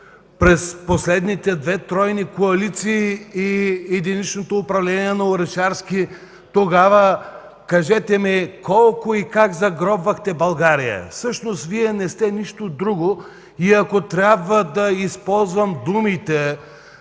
през последните две тройни коалиции и единичното управление на Орешарски, тогава кажете ми с колко и как загробвахте България? Всъщност Вие не сте нищо друго и ако трябва да използвам думите